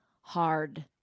hard